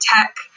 tech